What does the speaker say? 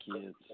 kids